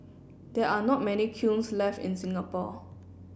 there are not many kilns left in Singapore